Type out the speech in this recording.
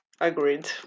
Agreed